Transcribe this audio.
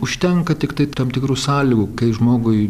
užtenka tiktai tam tikrų sąlygų kai žmogui